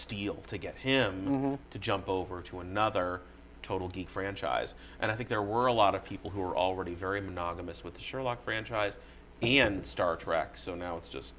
steal to get him to jump over to another total geek franchise and i think there were a lot of people who are already very monogamous with the sherlock franchise and star trek so now it's just